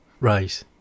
Right